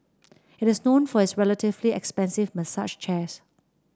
it is known for its relatively expensive massage chairs